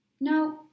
No